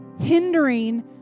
hindering